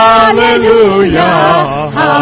Hallelujah